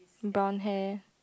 brown hair